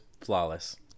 flawless